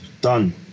done